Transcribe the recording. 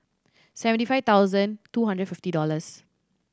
seventy five thousand two hundred and fifty dollors